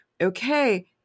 okay